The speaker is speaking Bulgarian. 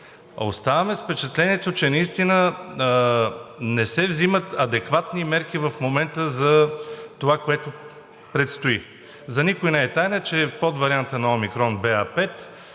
Оставаме с впечатлението, че наистина не се взимат адекватни мерки в момента за това, което предстои. За никого не е тайна, че подвариантът на Омикрон BA.5